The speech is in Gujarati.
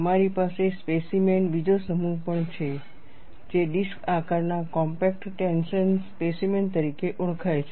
તમારી પાસે સ્પેસીમેન બીજો સમૂહ પણ છે જે ડિસ્ક આકારના કોમ્પેક્ટ ટેન્શન સ્પેસીમેન તરીકે ઓળખાય છે